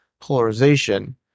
polarization